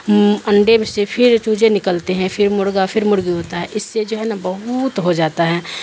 انڈے میں سے پھر چجے نکلتے ہیں پر مرغا پر مرغی ہوتا ہے اس سے جو ہے نا بہت ہو جاتا ہے